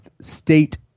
state-